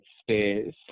space